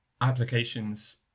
Applications